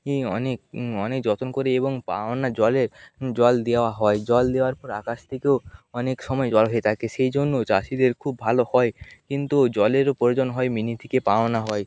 ইঁ অনেক অনেক যত্ন করে এবং জলে জল দেওয়া হয় জল দেওয়ার পর আকাশ থেকেও অনেক সময় জল হয়ে থাকে সেই জন্য চাষিদের খুব ভালো হয় কিন্তু জলেরও প্রয়োজন হয় মিনি থিকে পাওনা হয়